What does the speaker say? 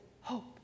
hope